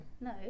No